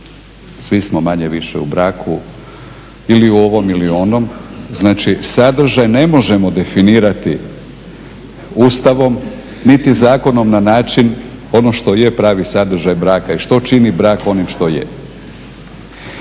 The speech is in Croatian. Svi smo manje-više u braku ili u ovom ili u onom, znači sadržaj ne možemo definirati Ustavom niti zakonom na način ono što je pravi sadržaj braka i što čini brak onim što je.